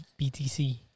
BTC